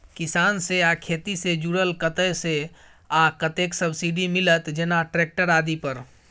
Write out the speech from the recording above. किसान से आ खेती से जुरल कतय से आ कतेक सबसिडी मिलत, जेना ट्रैक्टर आदि पर?